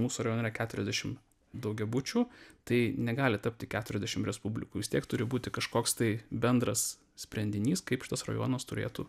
mūsų rajone keturiasdešim daugiabučių tai negali tapti keturiasdešim respublikų vis tiek turi būti kažkoks tai bendras sprendinys kaip šitas rajonas turėtų